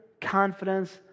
confidence